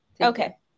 Okay